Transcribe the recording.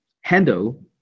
handle